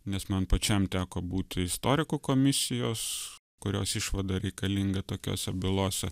nes man pačiam teko būti istorikų komisijos kurios išvada reikalinga tokiose bylose